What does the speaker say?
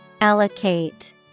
Allocate